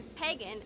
pagan